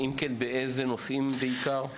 אם כן, באיזה נושאים בעיקר?